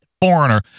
foreigner